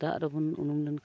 ᱫᱟᱜ ᱨᱮᱵᱚᱱ ᱩᱱᱩᱢ ᱞᱮᱱᱠᱷᱟᱱ